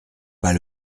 pas